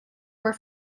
were